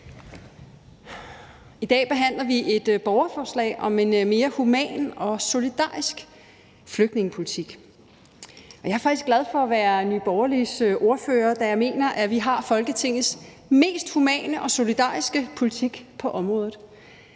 I dag behandler vi et borgerforslag om en mere human og solidarisk flygtningepolitik. Og jeg er faktisk glad for at være Nye Borgerliges ordfører, da jeg mener, at vi har Folketingets mest humane og solidariske politik på området.